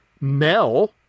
Mel